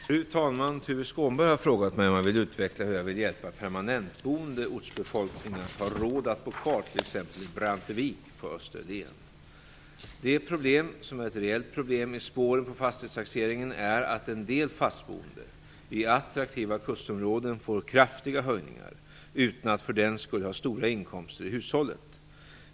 Fru talman! Tuve Skånberg har frågat mig om jag vill utveckla hur jag vill hjälpa permanentboende ortsbefolkning att ha råd att bo kvar t.ex. i Brantevik på Österlen. Det problem som är ett reellt problem i spåren på fastighetstaxeringen är att en del fastboende i attraktiva kustområden får kraftiga höjningar utan att för den skull ha stora inkomster i hushållet.